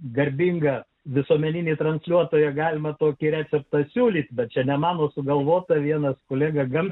garbingą visuomeninį transliuotoją galima tokį receptą siūlyti bet čia ne mano sugalvota vienas kolega gali